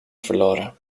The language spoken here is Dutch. verloren